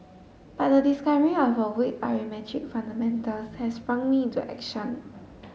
but the discovery of her weak arithmetic fundamentals has sprung me into action